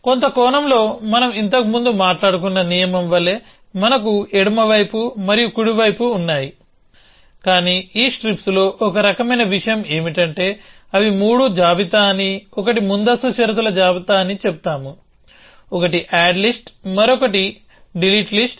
కొంత కోణంలో మనం ఇంతకు ముందు మాట్లాడుకున్న నియమం వలె మనకు ఎడమ వైపు మరియు కుడి వైపు ఉన్నాయి కానీ ఈ స్ట్రిప్స్లో ఒక రకమైన విషయం ఏమిటంటే అవి మూడు జాబితా అని ఒకటి ముందస్తు షరతుల జాబితా అని చెబుతాము ఒకటి యాడ్ లిస్ట్ మరియు ఒకటి డిలీట్ లిస్ట్